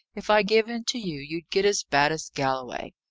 if i gave in to you, you'd get as bad as galloway.